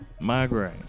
migraine